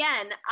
again